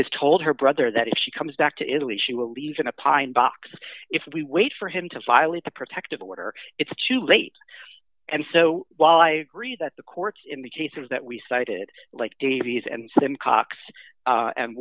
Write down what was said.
has told her brother that if she comes back to italy she will leave in a pine box if we wait for him to violate the protective order it's too late and so while i agree that the courts in the cases that we cited like davies and simcox